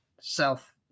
self